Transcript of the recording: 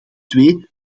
twee